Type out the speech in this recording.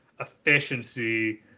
efficiency